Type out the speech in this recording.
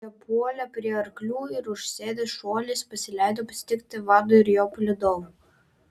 jie puolė prie arklių ir užsėdę šuoliais pasileido pasitikti vado ir jo palydovų